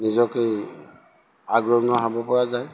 নিজকে আগৰণুৱা হ'ব পৰা যায়